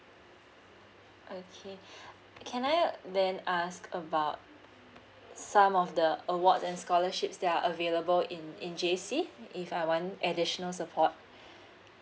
okay can I then ask about some of the awards and scholarships that are available in in J C if I want additional support